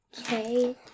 Okay